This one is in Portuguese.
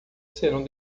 serão